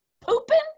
pooping